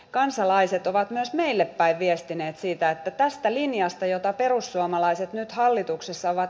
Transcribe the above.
kansalaiset ovat myös meille päin viestineet siitä että tästä linjasta jota perussuomalaiset nyt hallituksessa ovat